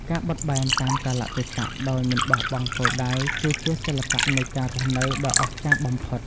ការបត់បែនតាមកាលៈទេសៈដោយមិនបោះបង់គោលដៅ គឺជាសិល្បៈនៃការរស់នៅដ៏អស្ចារ្យបំផុត។